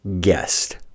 guest